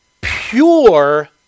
pure